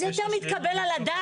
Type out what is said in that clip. זה יותר מתקבל על הדעת,